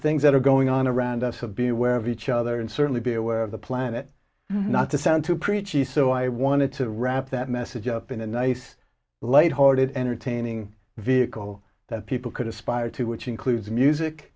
things that are going on around us of being aware of each other and certainly be aware of the planet not to sound too preachy so i wanted to wrap that message up in a nice light hearted entertaining vehicle that people could aspire to which includes music